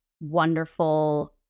wonderful